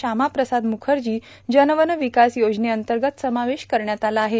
शामाप्रसाद मुखर्जा जन वन र्विकास योजनेअंतगत समावेश करण्यात आला आहे